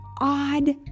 odd